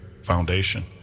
foundation